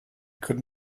could